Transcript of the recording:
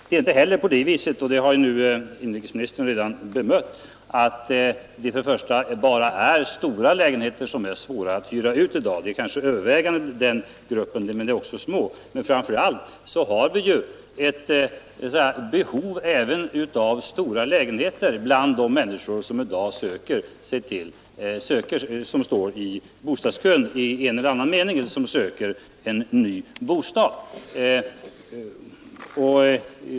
Det är inte heller så — detta har inrikesministern redan påpekat — att det bara är stora lägenheter som är svåra att hyra ut i dag, även om det kanske är övervägande den gruppen; men det är också små. Men dessutom finns det ett behov även av stora lägenheter bland de människor som i dag efterfrågar en ny bostad.